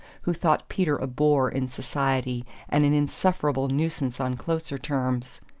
who thought peter a bore in society and an insufferable nuisance on closer terms.